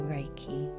Reiki